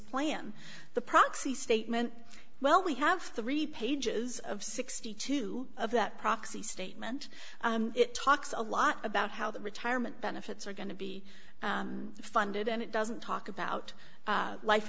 plan the proxy statement well we have three pages of sixty two of that proxy statement it talks a lot about how the retirement benefits are going to be funded and it doesn't talk about life